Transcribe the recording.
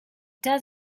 does